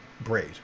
braid